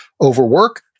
overwork